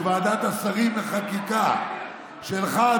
שוועדת השרים לחקיקה שלך,